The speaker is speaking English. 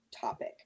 topic